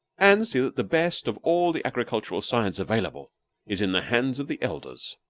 and see that the best of all the agricultural science available is in the hands of the elders,